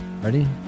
Ready